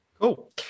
Cool